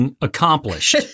accomplished